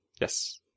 Yes